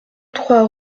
trois